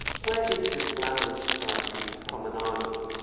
where is this glamorous society promenading?